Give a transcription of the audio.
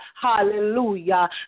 Hallelujah